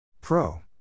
Pro